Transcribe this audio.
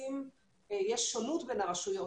תמיד יש שונות בין הרשויות,